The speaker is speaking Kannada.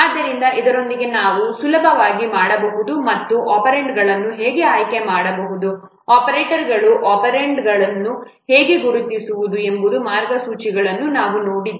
ಆದ್ದರಿಂದ ಇದರೊಂದಿಗೆ ನಾವು ಸುಲಭವಾಗಿ ಮಾಡಬಹುದು ಮತ್ತು ಒಪೆರಾಂಡ್ಗಳನ್ನು ಹೇಗೆ ಆಯ್ಕೆ ಮಾಡುವುದು ಆಪರೇಟರ್ಗಳು ಮತ್ತು ಒಪೆರಾಂಡ್ಗಳನ್ನು ಹೇಗೆ ಗುರುತಿಸುವುದು ಎಂಬ ಮಾರ್ಗಸೂಚಿಗಳನ್ನು ನಾವು ನೋಡಿದ್ದೇವೆ